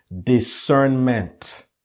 discernment